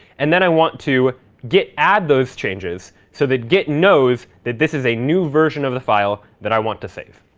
and then i want to git add those changes so that git knows that this is a new version of the file that i want to save.